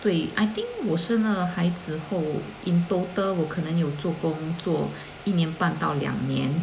对 I think 我生了孩子后 in total 我可能有做工做一年半到两年